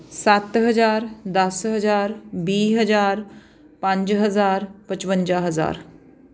ਸੱਤ ਹਜ਼ਾਰ ਦਸ ਹਜ਼ਾਰ ਵੀਹ ਹਜ਼ਾਰ ਪੰਜ ਹਜ਼ਾਰ ਪਚਵੰਜਾ ਹਜ਼ਾਰ